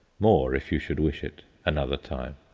more, if you should wish it, another time.